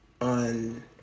on